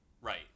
right